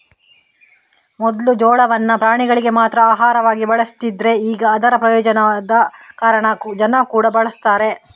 ಮೊದ್ಲು ಜೋಳವನ್ನ ಪ್ರಾಣಿಗಳಿಗೆ ಮಾತ್ರ ಆಹಾರವಾಗಿ ಬಳಸ್ತಿದ್ರೆ ಈಗ ಅದರ ಪ್ರಯೋಜನದ ಕಾರಣ ಜನ ಕೂಡಾ ಬಳಸ್ತಾರೆ